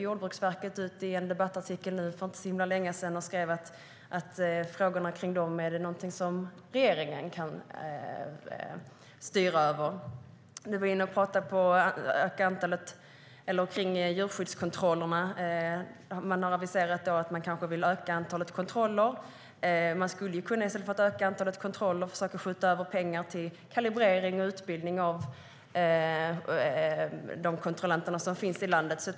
Jordbruksverket gick ut i en debattartikel för inte så länge sedan och skrev att dessa frågor är någonting som regeringen kan styra över. Ministern talade om djurskyddskontrollerna. Man har aviserat att man kanske vill öka antalet kontroller. I stället för att öka antalet kontroller skulle man kunna försöka skjuta över pengar till kalibrering och utbildning av de kontrollanter som finns i landet.